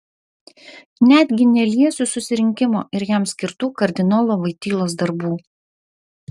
netgi neliesiu susirinkimo ir jam skirtų kardinolo voitylos darbų